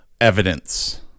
evidence